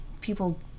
People